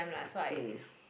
I'm lah so I